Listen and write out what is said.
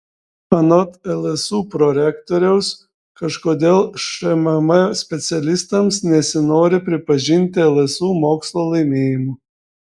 anot lsu prorektoriaus kažkodėl šmm specialistams nesinori pripažinti lsu mokslo laimėjimų